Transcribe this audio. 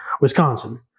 wisconsin